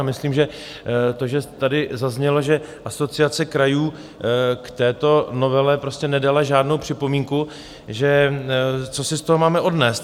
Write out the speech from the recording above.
A myslím, že to, že tady zaznělo, že Asociace krajů k této novele prostě nedala žádnou připomínku, že co si z toho máme odnést?